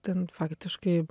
ten faktiškai